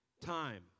time